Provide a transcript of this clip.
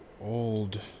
old